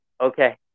okay